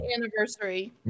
anniversary